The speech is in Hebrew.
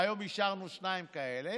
והיום אישרנו שתיים כאלה: